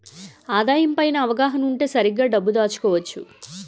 ఆదాయం పై అవగాహన ఉంటే సరిగ్గా డబ్బు దాచుకోవచ్చు